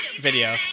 video